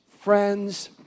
Friends